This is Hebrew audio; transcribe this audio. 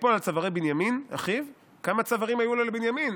"ויפול על צוארי בנימין אחיו" כמה צווארים היו לו לבנימין?